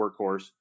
workhorse